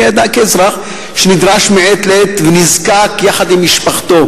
כאזרח שנדרש מעת לעת ונזקק יחד עם משפחתו,